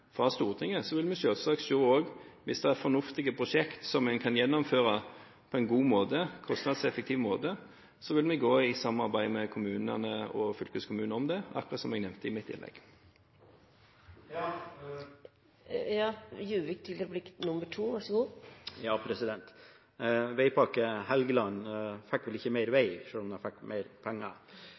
Hvis det er fornuftige prosjekter som kan gjennomføres på en kostnadseffektiv måte, vil vi gå i samarbeid med kommunene og fylkeskommunene om det, akkurat som jeg nevnte i mitt innlegg. I Veipakke Helgeland fikk de vel ikke mer vei selv om de fikk mer penger. I dagens innstilling om Bodø-pakken har bl.a. Arbeiderpartiet understreket at det er et økonomisk mulighetsrom for å få enda mer